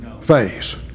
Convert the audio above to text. phase